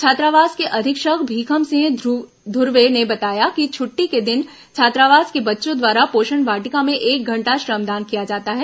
छात्रावास के अधीक्षक भीखम सिंह ध्रुवे ने बताया कि छुट्टी के दिन छात्रावास के बच्चों द्वारा पोषण वाटिका में एक घंटा श्रमदान किया जाता है